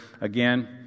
Again